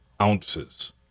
ounces